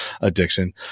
addiction